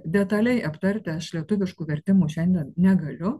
detaliai aptarti aš lietuviškų vertimų šiandien negaliu